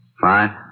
Fine